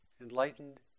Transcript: enlightened